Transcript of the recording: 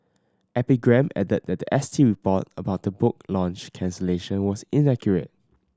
epigram added that S T report about the book launch cancellation was inaccurate